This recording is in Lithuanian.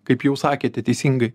kaip jau sakėte teisingai